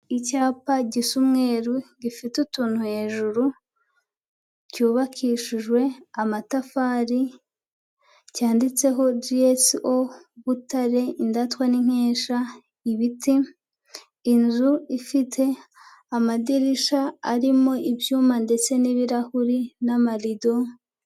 Icyapa gisa umweru gifite utuntu hejuru, cyubakishijwe amatafari, cyanditseho G.S Butare Indatwa n'Inkesha, ibiti, inzu ifite amadirisha arimo ibyuma ndetse n'ibirahuri n'amarido.